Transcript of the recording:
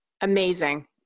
Amazing